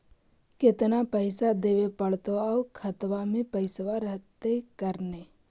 केतना पैसा देबे पड़तै आउ खातबा में पैसबा रहतै करने?